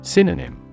Synonym